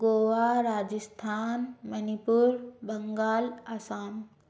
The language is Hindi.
गोवा राजस्थान मणिपुर बंगाल असम